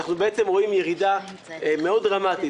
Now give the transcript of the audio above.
אנחנו בעצם רואים ירידה מאוד דרמטית